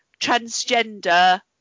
transgender